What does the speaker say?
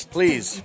Please